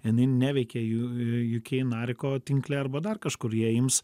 jinai neveikia uk nariko tinkle arba dar kažkur jie ims